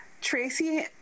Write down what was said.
Tracy